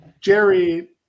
jerry